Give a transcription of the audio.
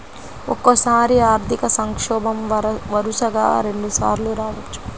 ఒక్కోసారి ఆర్థిక సంక్షోభం వరుసగా రెండుసార్లు రావచ్చు